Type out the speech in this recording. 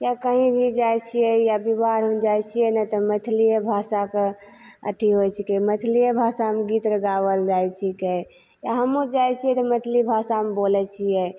या कहीँ भी जाइत छियै या बिबाहमे जाइत छियै ने तऽ मैथिलिए भाषाकऽ अथी होइत छिकै मैथिलिए भाषामे गीत गाओल जाइत छिकै आ हमहुँ जाइत छियै तऽ मैथिली भाषामे बोलैत छियै